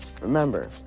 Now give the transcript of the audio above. Remember